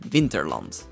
Winterland